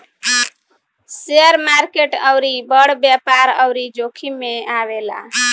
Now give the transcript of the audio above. share market अउरी बड़ व्यापार अउरी जोखिम मे आवेला